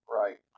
right